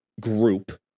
group